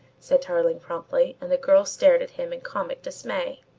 said tarling promptly and the girl stared at him in comic dismay.